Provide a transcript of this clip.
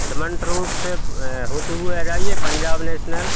cement road से होते हुए आ जाइए पंजाब नेशनल